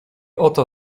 oto